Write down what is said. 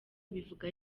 abivuga